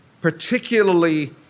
particularly